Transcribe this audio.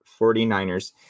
49ers